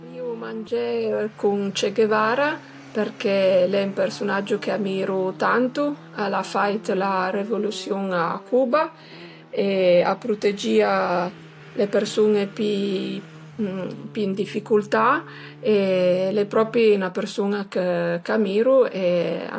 Vurìu mangé cun Che Guevara përché al e ën persunagge chë amiru tantu, al a fait la revolüsiun a Cuba, a prutegìa le persun-e pi ën dificultà e al e propi 'na persun-a ch'amiru e